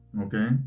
Okay